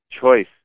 choice